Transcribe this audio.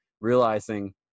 realizing